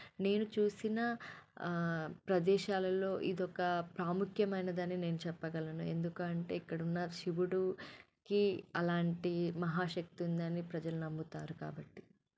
నేను చూసిన ప్రదేశాలలో ఇదొక ప్రాముఖ్యమైనదని నేను చెప్పగలను ఎందుకు అంటే ఇక్కడ ఉన్న శివుడుకి అలాంటి మహాశక్తి ఉందని ప్రజలు నమ్ముతారు కాబట్టి